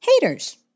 haters